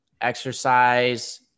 exercise